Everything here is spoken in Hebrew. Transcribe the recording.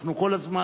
אנחנו, כל הזמן,